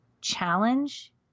challenge